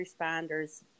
responders